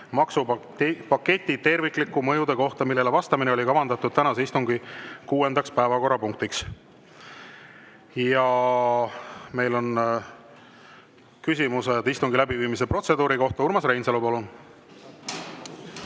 maksupaketi terviklike mõjude kohta, millele vastamine oli kavandatud tänase istungi kuuendaks päevakorrapunktiks. Meil on küsimusi istungi läbiviimise protseduuri kohta. Urmas Reinsalu, palun!